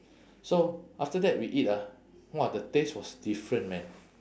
so after that we eat ah !wah! the taste was different man